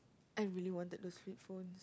I really wanted to switch phone